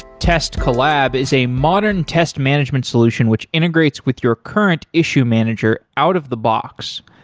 test collab is a modern test management solution which integrates with your current issue manager out of the box.